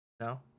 No